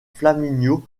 flaminio